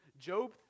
Job